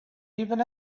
even